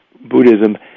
Buddhism